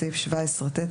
בסעיף 17ט,